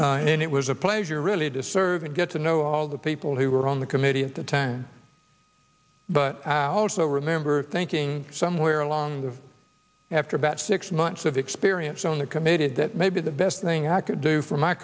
committee and it was a pleasure really to serve and get to know all the people who were on the committee at the time but out so remember thinking somewhere along the after about six months of experience on the committed that maybe the best thing i could do for my